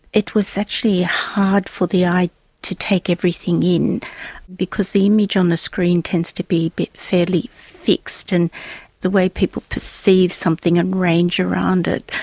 it was actually hard for the eye to take everything in because the image on the screen tends to be be fairly fixed, and the way people perceive something and range around it,